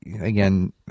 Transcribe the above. Again